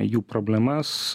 jų problemas